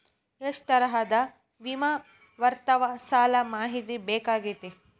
ಎಷ್ಟ ತರಹದ ವಿಮಾ ಇರ್ತಾವ ಸಲ್ಪ ಮಾಹಿತಿ ಬೇಕಾಗಿತ್ರಿ